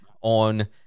on